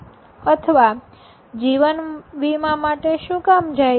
અથવા જીવન વીમા માટે શુ કામ જાય છે